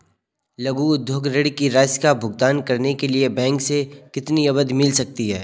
लघु उद्योग ऋण की राशि का भुगतान करने के लिए बैंक से कितनी अवधि मिल सकती है?